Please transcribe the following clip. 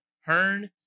Hearn